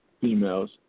females